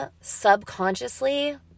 subconsciously